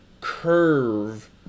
curve